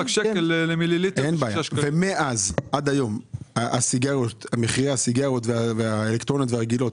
מאז ועד היום מחיר הסיגריות האלקטרוניות